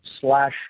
slash